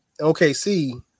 OKC